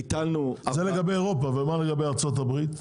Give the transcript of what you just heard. זה לגבי אירופה, ומה לגבי ארצות הברית.